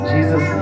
Jesus